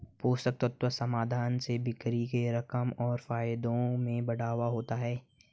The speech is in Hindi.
पोषक तत्व समाधान से बिक्री के रकम और फायदों में बढ़ावा होता है